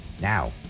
Now